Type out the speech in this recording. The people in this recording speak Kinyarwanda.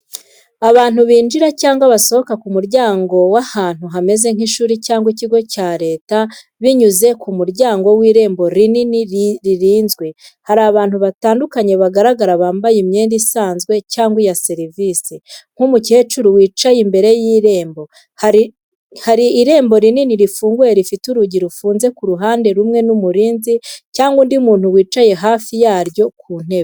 Abantu binjira cyangwa basohoka ku muryango w’ahantu hameze nk’ishuri cyangwa ikigo cya leta binyuze ku muryango w’irembo rinini ririnzwe. Hari abantu batandukanye bagaragara bambaye imyenda isanzwe cyangwa ya serivisi nk’umukecuru wicaye imbere y’irembo. Hari irembo rinini rifunguye rifite urugi rufunze ku ruhande rumwe n’umurinzi cyangwa undi muntu wicaye hafi yaryo ku ntebe.